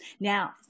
Now